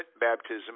baptism